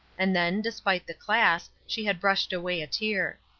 and then, despite the class, she had brushed away a tear.